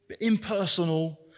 impersonal